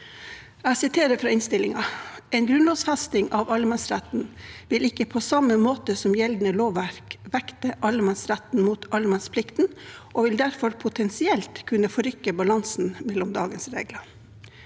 Jeg siterer fra innstillingen: «En grunnlovfesting av allemannsretten vil ikke på samme måte som gjeldende lovverk vekte allemannsretten mot «allemannsplikten» og vil derfor potensielt kunne forrykke balansen mellom dagens regler.»